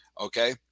Okay